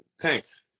Thanks